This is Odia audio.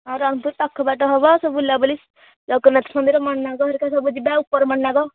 ଆଉ ରଣପୁର ପାଖ ବାଟ ହେବ ସବୁ ବୁଲାବୁଲି ଜଗନ୍ନାଥ ମନ୍ଦିର ମଣିନାଗ ହେରିକା ସବୁ ଯିବା ଆଉ ଉପର ମଣିନାଗ